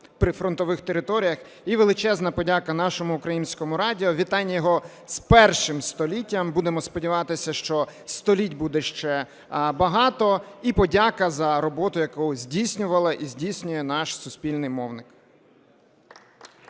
прифронтових територіях. І величезна подяка нашому Українському радіо, вітаємо його з першим століттям, будемо сподіватися, що століть буде ще багато. І подяка за роботу, яку здійснював і здійснює наш суспільний мовник.